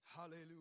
Hallelujah